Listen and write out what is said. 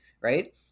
Right